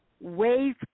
wave